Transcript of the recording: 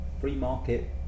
free-market